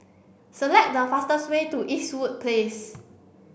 select the fastest way to Eastwood Place